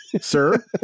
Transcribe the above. Sir